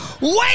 wait